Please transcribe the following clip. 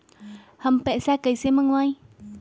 हम पैसा कईसे मंगवाई?